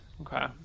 Okay